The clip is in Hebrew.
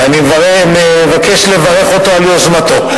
ואני מבקש לברך אותו על יוזמתו.